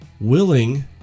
willing